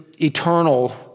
eternal